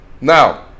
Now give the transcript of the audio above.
Now